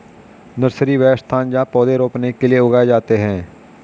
nursery, वह स्थान जहाँ पौधे रोपने के लिए उगाए जाते हैं